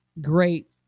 Great